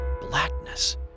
blackness